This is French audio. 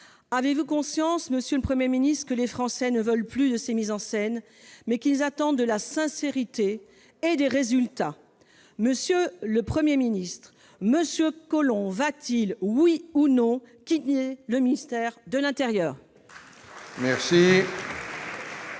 Avez-vous conscience, monsieur le Premier ministre, que les Français ne veulent plus de ces mises en scène, mais qu'ils attendent de la sincérité et des résultats ? Monsieur le Premier ministre, M. Collomb va-t-il oui ou non quitter le ministère de l'intérieur ?